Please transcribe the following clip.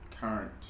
current